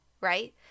right